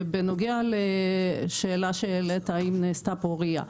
בנוגע לשאלה שהעלית, האם נעשה פה ria.